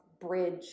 bridge